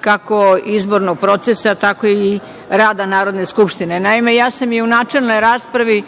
kako izbornog procesa, tako i rada Narodne skupštine. Naime, ja sam i u načelnoj raspravi